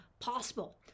possible